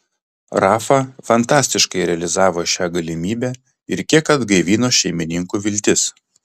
rafa fantastiškai realizavo šią galimybę ir kiek atgaivino šeimininkų viltis